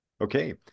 Okay